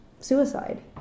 Suicide